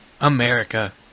America